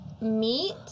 meat